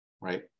Right